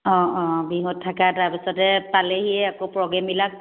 অঁ অঁ বিহুত থাকে তাৰপিছতে পালেহিয়ে আকৌ প্ৰ'গ্ৰেমবিলাক